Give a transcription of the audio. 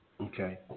Okay